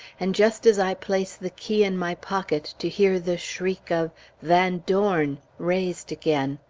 and just as i place the key in my pocket to hear the shriek of van dorn! raised again.